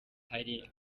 hari